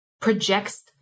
projects